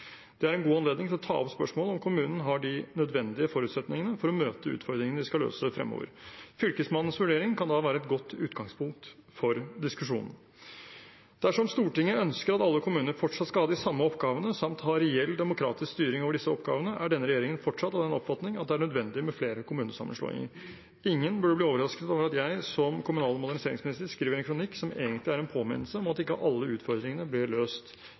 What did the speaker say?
Det er en god anledning til å ta opp spørsmålet om kommunen har de nødvendige forutsetningene for å møte utfordringene de skal løse fremover. Fylkesmannens vurdering kan da være et godt utgangspunkt for diskusjonen. Dersom Stortinget ønsker at alle kommuner fortsatt skal ha de samme oppgavene samt ha reell demokratisk styring over disse oppgavene, er denne regjeringen fortsatt av den oppfatning at det er nødvendig med flere kommunesammenslåinger. Ingen burde bli overrasket over at jeg, som kommunal- og moderniseringsminister, skriver en kronikk som egentlig er en påminnelse om at ikke alle utfordringene ble løst